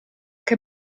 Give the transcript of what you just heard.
che